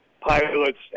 pilots